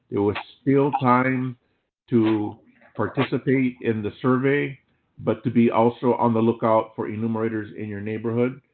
there was still time to participate in the survey but to be also on the lookout for enumerators in your neighborhood.